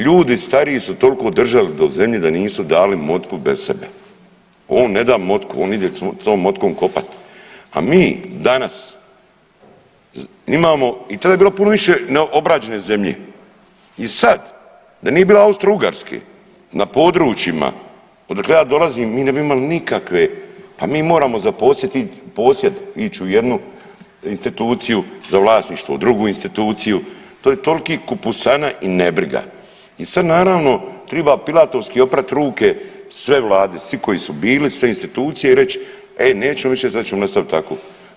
Ljudi stariji su tolko držali do zemlje da nisu dali motiku bez sebe, on ne da motiku, on ide s tom motikom kopat, a mi danas imamo i to je bilo puno više neobrađene zemlje i sad da nije bilo Austro-ugarske na područjima odakle ja dolazim mi ne bi imali nikakve, pa mi moramo zaposjesti posjed, ić u jednu instituciju za vlasništvo, u drugu instituciju, to je toliki kupusana i nebriga i sad naravno triba Pilatovski oprat ruke sve vlade, svi koji su bili, sve institucije i reć e nećemo više to ćemo ostavit tako.